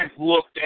looked